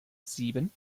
sieben